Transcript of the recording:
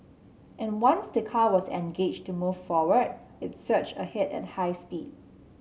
and once the car was engaged to move forward it surged ahead at high speed